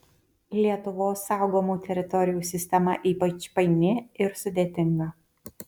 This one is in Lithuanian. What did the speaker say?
lietuvos saugomų teritorijų sistema ypač paini ir sudėtinga